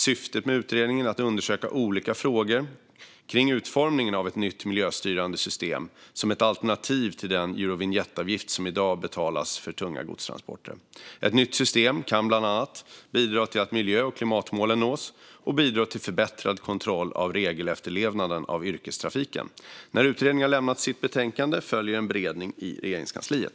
Syftet med utredningen är att undersöka olika frågor om utformningen av ett nytt miljöstyrande system som ett alternativ till den Eurovinjettavgift som i dag betalas för tunga godstransporter. Ett nytt system kan bland annat bidra till att miljö och klimatmålen nås och till förbättrad kontroll av regelefterlevnaden av yrkestrafiken. När utredningen har lämnat sitt betänkande följer en beredning i Regeringskansliet.